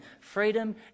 Freedom